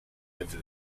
over